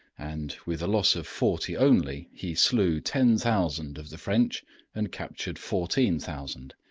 and with a loss of forty only, he slew ten thousand of the french and captured fourteen thousand.